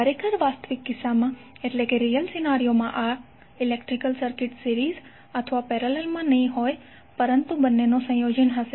ખરેખર વાસ્તવિક કિસ્સા માં આ ઇલેક્ટ્રિકલ સર્કિટ સિરીઝ અથવા પેરેલલ હશે નહીં તે બંનેનું સંયોજન હશે